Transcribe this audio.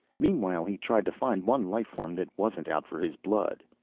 meanwhile he tried to find one life form that wasn't out for his blood.